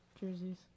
jerseys